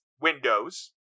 windows